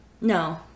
no